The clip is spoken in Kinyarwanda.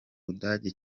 budage